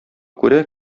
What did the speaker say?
күрә